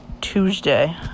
Tuesday